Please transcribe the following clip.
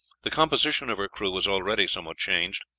the composition of her crew was already somewhat changed.